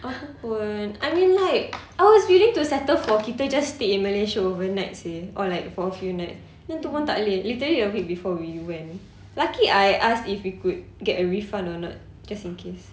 aku pun I mean like I was willing to settle for kita just stay in malaysia overnight seh or like for a few nights then to pun tak boleh literally a week before we went lucky I asked if we could get a refund or not just in case